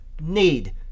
need